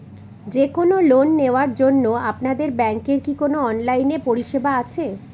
যে কোন লোন নেওয়ার জন্য আপনাদের ব্যাঙ্কের কি কোন অনলাইনে পরিষেবা আছে?